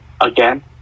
again